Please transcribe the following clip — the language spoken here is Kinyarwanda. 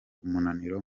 umumaro